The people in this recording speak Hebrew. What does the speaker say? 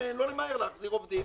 לא למהר להחזיר עובדים.